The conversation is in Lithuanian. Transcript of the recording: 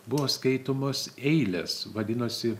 buvo skaitomos eilės vadinosi